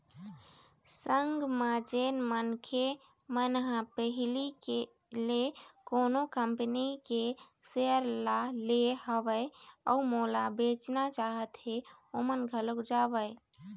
संग म जेन मनखे मन ह पहिली ले कोनो कंपनी के सेयर ल ले हवय अउ ओला बेचना चाहत हें ओमन घलोक जावँय